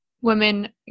women